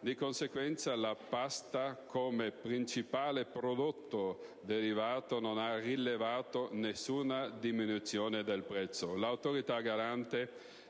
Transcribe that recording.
di conseguenza, la pasta, come principale prodotto derivato, non ha rilevato nessuna diminuzione del prezzo. L'Autorità garante